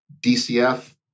DCF